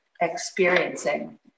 experiencing